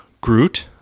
Groot